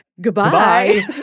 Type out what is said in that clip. Goodbye